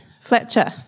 Fletcher